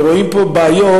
ורואים פה בעיות,